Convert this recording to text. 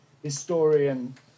Historian